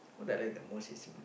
what I like the most is mm